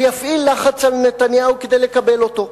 ויפעיל לחץ על נתניהו כדי לקבל אותו.